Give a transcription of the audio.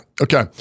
Okay